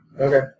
Okay